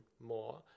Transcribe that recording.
more